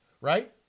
right